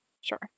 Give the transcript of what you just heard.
sure